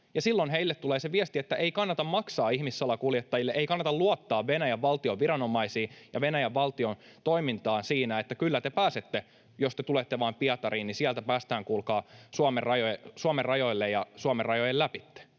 Silloin heille tulee se viesti, että ei kannata maksaa ihmissalakuljettajille, ei kannata luottaa Venäjän valtion viranomaisiin ja Venäjän valtion toimintaan siinä, että kyllä te pääsette — jos te tulette vaan Pietariin, niin sieltä päästään, kuulkaa, Suomen rajoille ja Suomen rajojen läpi.